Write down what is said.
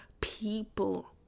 people